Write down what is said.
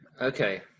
okay